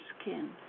skin